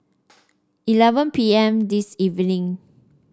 eleven P M this evening